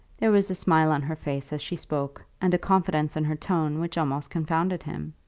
there was a smile on her face as she spoke, and a confidence in her tone which almost confounded him.